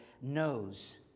knows